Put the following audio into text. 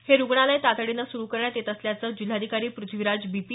हे रुग्णालय तातडीनं सुरू करण्यात येत असल्याचं जिल्हाधिकारी पृथ्वीराज बी पी